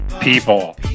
people